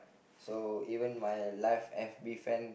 so even my life F_B friend